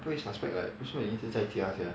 会 suspect [what] 为什么你一直不在家 sia